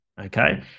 Okay